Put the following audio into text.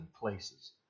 places